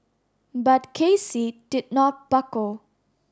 but K C did not buckle